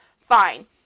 Fine